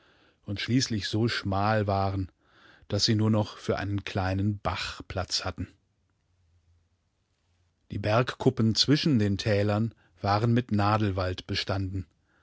bissienachundnachvonihnenzusammengepreßtwurdenund schließlich so schmal waren daß sie nur noch für einen kleinen bach platz hatten die bergkuppen zwischen den tälern waren mit nadelwald bestanden